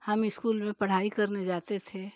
हम स्कूल में पढ़ाई करने जाते थे